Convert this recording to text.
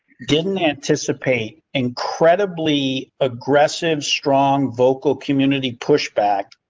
didn't anticipate incredibly aggressive, strong vocal community push back.